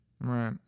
Right